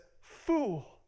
fool